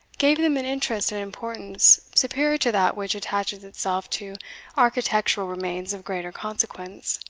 gave them an interest and importance superior to that which attaches itself to architectural remains of greater consequence,